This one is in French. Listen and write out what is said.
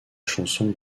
chanson